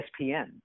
ESPN